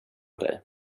dig